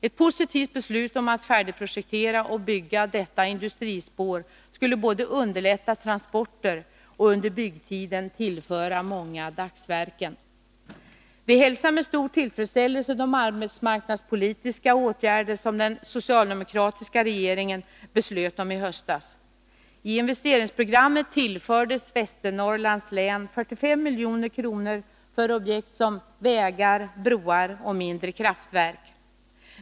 Ett positivt beslut om att färdigprojektera och bygga detta industrispår skulle både underlätta transporter och under byggtiden tillföra många dagsverken. Vi hälsar med stor tillfredsställelse de arbetsmarknadspolitiska åtgärder som den socialdemokratiska regeringen beslöt om i höstas. I investeringsprogrammet tillfördes Västernorrlands län 45 milj.kr. för objekt som vägar, broar och mindre kraftverk.